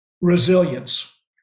resilience